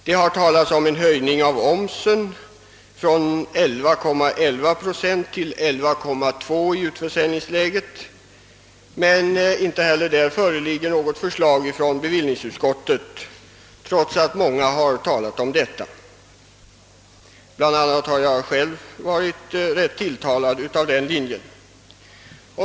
Det har talats om 'en höjning av omsen från 11,11 procent till 11,2 procent i försäljningsledet, men "inte heller därvidlag föreligger något "förslag från bevillningsutskottet, trots ”att många, bl.a. jag själv, har varit rätt tilltalade av den linjen.